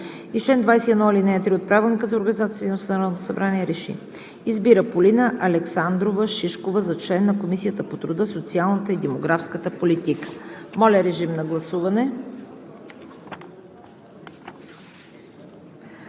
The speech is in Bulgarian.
на Народното събрание РЕШИ: Избира Полина Александрова Шишкова за член на Комисията по труда, социалната и демографската политика.“ Моля, режим на гласуване.